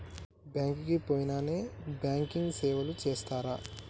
Bank కి పోయిన non banking సేవలు చేస్తరా?